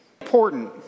important